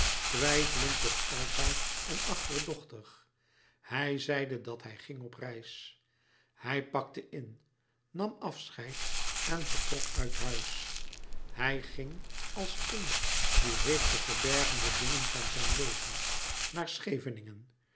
twijfelend toch altijd en achterdochtig hij zeide dat hij ging op reis hij pakte in nam afscheid en vertrok uit huis hij ging als een die heeft te verbergen de dingen van zijn leven naar scheveningen